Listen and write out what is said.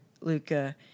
Luca